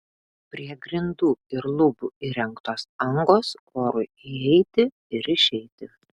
prie grindų ir lubų įrengtos angos orui įeiti ir išeiti